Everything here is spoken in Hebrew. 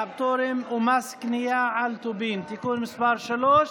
והפטורים ומס קנייה על טובין (תיקון מס' 3),